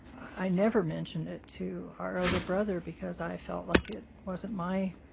i never mentioned it to our other brother because i felt like it wasn't my.